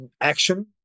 action